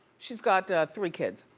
she's got three kids.